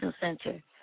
center